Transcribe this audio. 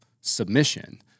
submission